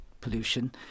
pollution